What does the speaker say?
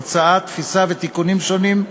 המצאה תפיסה ותיקונים שונים,